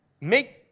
make